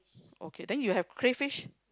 okay then you have crayfish